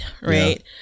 right